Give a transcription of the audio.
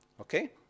Okay